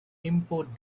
import